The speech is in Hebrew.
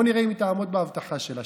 בוא נראה אם היא תעמוד בהבטחה שלה.